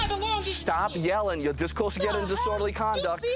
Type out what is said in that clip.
stop yelling. you're this close getting disorderly conduct.